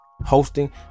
Hosting